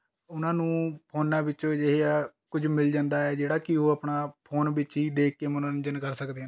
ਉਹਨਾਂ ਨੂੰ ਫ਼ੋਨਾਂ ਵਿੱਚ ਅਜਿਹਾ ਕੁਝ ਮਿਲ ਜਾਂਦਾ ਹੈ ਜਿਹੜਾ ਕਿ ਉਹ ਆਪਣਾ ਫ਼ੋਨ ਵਿੱਚ ਹੀ ਦੇਖ ਕੇ ਮਨੋਰੰਜਨ ਕਰ ਸਕਦੇ